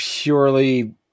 Purely